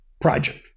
project